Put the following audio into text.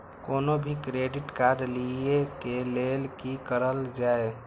कोनो भी credit card लिए के लेल की करल जाय?